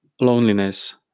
loneliness